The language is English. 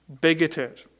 bigoted